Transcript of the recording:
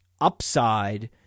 upside